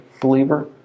believer